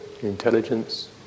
intelligence